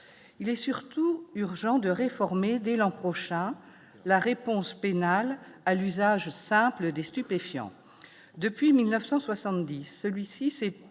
il est surtout urgent de réformer dès l'an prochain la réponse pénale à l'usage simple des stupéfiants depuis 1970 celui-ci c'est